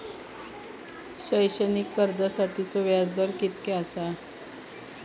शैक्षणिक कर्जासाठीचो व्याज दर कितक्या आसा?